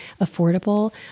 affordable